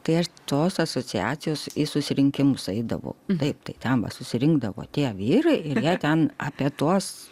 tai aš tos asociacijos į susirinkimus eidavau taip tai ten susirinkdavo tie vyrai ir jie ten apie tuos